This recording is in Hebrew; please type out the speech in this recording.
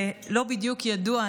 לא בדיוק ידוע,